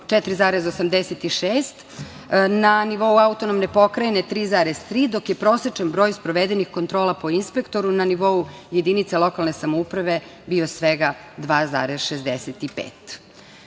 4,86, na nivou autonomne pokrajine 3,3, dok je prosečan broj sprovedenih kontrola po inspektoru na nivou jedinica lokalne samouprave bio svega 2,65.Još